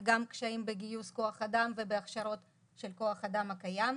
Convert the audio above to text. וגם קשיים בגיוס כוח אדם ובהכשרות של כוח האדם הקיים.